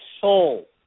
soul